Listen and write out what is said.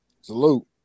Salute